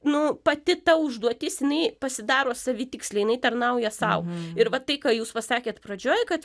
nu pati ta užduotis jinai pasidaro savitikslė jinai tarnauja sau ir va tai ką jūs pasakėt pradžioj kad